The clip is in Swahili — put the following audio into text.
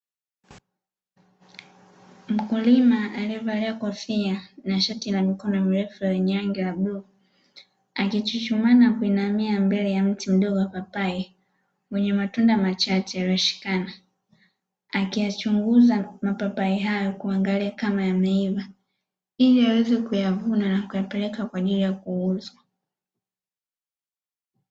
Mkulima aliyevalia kofia na shati la mikono mirefu lenye rangi ya bluu akichuchumaa na kuinamia mbele ya mtu mdogo wa papai wenye matunda machache yaliyoshikana, akiyachunguza mapapai hayo kuangalia kama yameiva, ili aweze kuyavuna na kuyapeleka kwa ajili ya kuuzwa.